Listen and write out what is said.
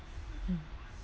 mm